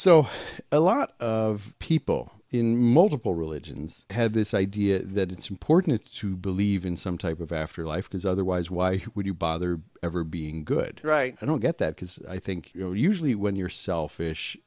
so a lot of people in multiple religions had this idea that it's important to believe in some type of afterlife because otherwise why would you bother ever being good right i don't get that because i think you know usually when you're selfish